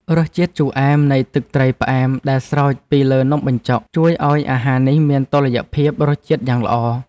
រសជាតិជូរអែមនៃទឹកត្រីផ្អែមដែលស្រោចពីលើនំបញ្ចុកជួយឱ្យអាហារនេះមានតុល្យភាពរសជាតិយ៉ាងល្អ។